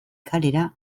kalera